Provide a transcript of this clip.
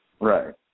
Right